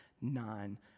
nine